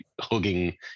hugging